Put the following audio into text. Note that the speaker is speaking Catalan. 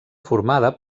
formada